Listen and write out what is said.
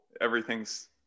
Everything's